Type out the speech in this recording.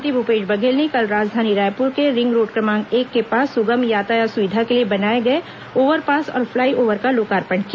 मुख्यमंत्री भूपेश बघेल ने कल राजधानी रायपुर के रिंगरोड क्रमांक एक के पास सुगम यातायात सुविधा के लिए बनाए गए ओव्हर पास और फ्लाई ओव्हर का लोकार्पण किया